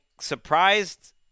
surprised